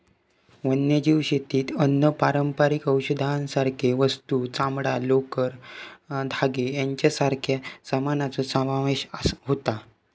वन्यजीव शेतीत अन्न, पारंपारिक औषधांसारखे वस्तू, चामडां, लोकर, धागे यांच्यासारख्या सामानाचो समावेश होता